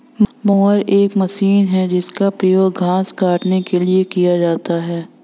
mower एक machine है जिसका उपयोग घास काटने के लिए किया जाता है